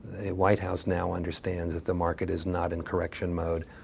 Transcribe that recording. the white house now understands that the market is not in correction mode.